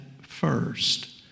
first